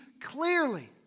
clearly